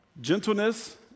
Gentleness